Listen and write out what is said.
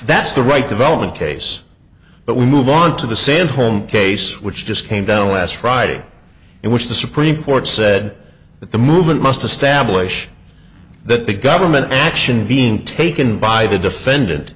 that's the right development case but we move on to the same home case which just came down last friday in which the supreme court said that the movement must establish that the government action being taken by the defendant